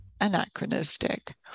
anachronistic